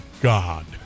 god